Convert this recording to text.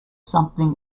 something